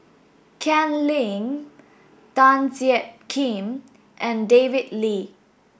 Ken Lim Tan Jiak Kim and David Lee